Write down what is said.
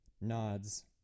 nods